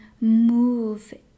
move